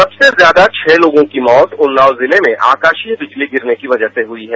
सबसे ज्यादा छह लोगों की मौत उन्नाव जिले में आकाशीय बिजली गिरने की वजह से हुई है